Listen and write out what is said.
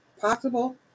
possible